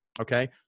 Okay